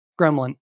gremlin